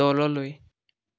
তললৈ